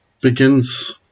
begins